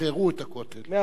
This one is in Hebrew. כששחררו את הכותל.